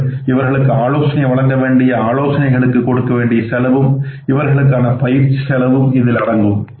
மேலும் இவர்களுக்கு ஆலோசனை வழங்க வேண்டிய ஆலோசனைகளுக்கு கொடுக்கவேண்டிய செலவும் இவர்களுக்கான பயிற்சி செலவும் இதில் அடங்கும்